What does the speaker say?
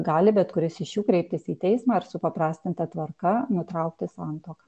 gali bet kuris iš jų kreiptis į teismą ir supaprastinta tvarka nutraukti santuoką